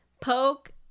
Poke